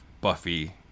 Buffy